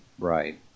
Right